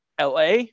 LA